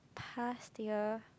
past year